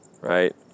Right